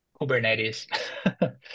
Kubernetes